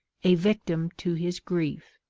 a victim to his grief.